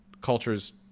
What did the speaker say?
culture's